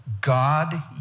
God